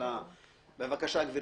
בבקשה, גברתי.